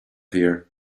here